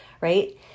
right